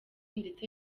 ndetse